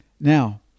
Now